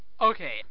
Okay